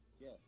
yes